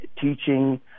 teaching